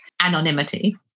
anonymity